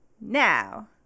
Now